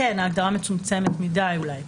ההגדרה מצומצמת מדי אולי.